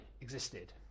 existed